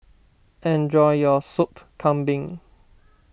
enjoy your Sup Kambing